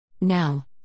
Now